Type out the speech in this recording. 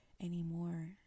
anymore